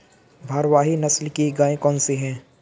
भारवाही नस्ल की गायें कौन सी हैं?